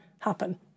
happen